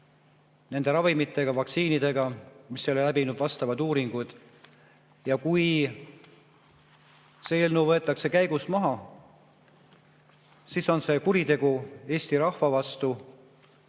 nende ravimitega, vaktsiinidega, mis ei ole läbinud vastavaid uuringuid. Kui see eelnõu võetakse käigust maha, siis on see kuritegu Eesti rahva vastu.